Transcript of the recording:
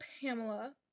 Pamela